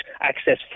access